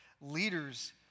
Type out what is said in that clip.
Leaders